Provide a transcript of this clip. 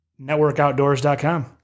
Networkoutdoors.com